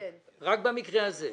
כן, רק במקרה הזה.